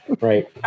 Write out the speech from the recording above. right